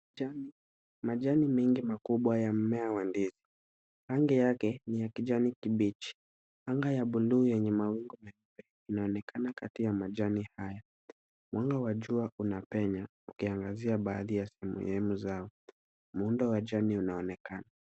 Majani mengi makubwa ya mmea wa ndizi. Rangi yake ni ya kijani kibichi. Anga ya bluu yenye mawingu meupe inaonekana kati ya majani haya. Mwanga wa jua unapenya ukiangazia baadhi ya sehemu zao. Muundo wa jani unaonekana.